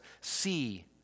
see